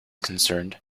concerned